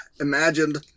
imagined